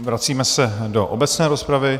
Vracíme se do obecné rozpravy.